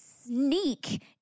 sneak